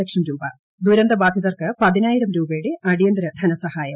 ലക്ഷം രൂപ ദുരന്തബാധിതർക്ക് പതിനായിരം രൂപയുടെ അടിയന്തിര ധനസഹായം